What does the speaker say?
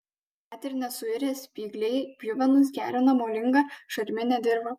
net ir nesuirę spygliai pjuvenos gerina molingą šarminę dirvą